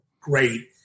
great